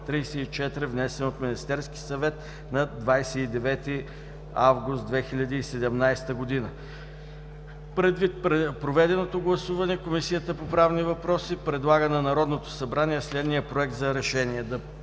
внесен от Министерския съвет на 29 август 2017 г.“ Предвид проведеното гласуване Комисията по правни въпроси предлага на Народното събрание следния „Проект! РЕШЕНИЕ